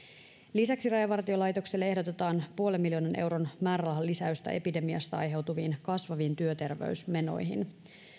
lisäksi rajavartiolaitokselle ehdotetaan puolen miljoonan euron määrärahalisäystä epidemiasta aiheutuviin kasvaviin työterveysmenoihin